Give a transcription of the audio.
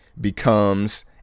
becomes